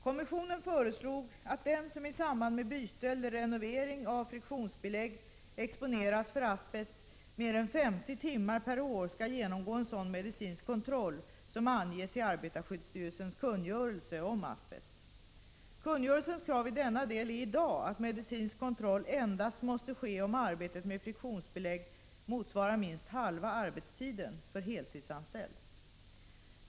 Kommissionen föreslog att den som i samband med byte eller renovering av friktionsbelägg exponeras för asbest mer än 50 timmar per år skall genomgå sådan medicinsk kontroll som anges i arbetarskyddsstyrelsens kungörelse om asbest. Kungörelsens krav i denna del är i dag att medicinsk kontroll endast måste ske om arbetet med friktionsbelägg motsvarar minst halva arbetstiden för heltidsanställd.